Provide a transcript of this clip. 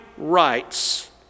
rights